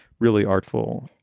really artful,